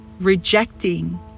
Rejecting